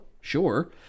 Sure